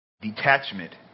detachment